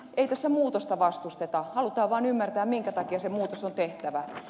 ei tässä muutosta vastusteta halutaan vaan ymmärtää minkä takia se muutos on tehtävä